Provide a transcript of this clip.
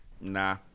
Nah